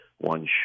one